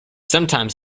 sometimes